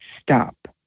stop